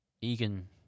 Egan